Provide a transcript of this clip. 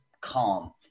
calm